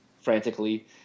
frantically